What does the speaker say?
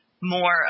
more